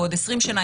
בעוד 20 שנה?